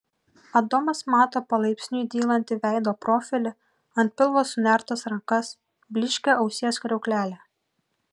adomas mato palaipsniui dylantį veido profilį ant pilvo sunertas rankas blyškią ausies kriauklelę